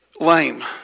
lame